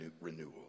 renewal